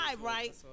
right